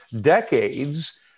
decades